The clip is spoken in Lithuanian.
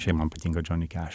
šiaip man patinka džoni keš